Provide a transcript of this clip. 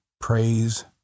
praise